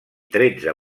tretze